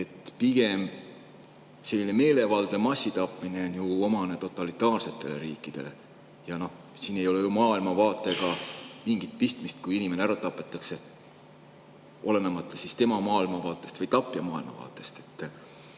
Pigem on selline meelevaldne massitapmine omane totalitaarsetele riikidele. Siin ei ole ju maailmavaatega mingit pistmist, kui inimene ära tapetakse olenemata tema maailmavaatest või tapja maailmavaatest.